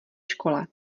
škole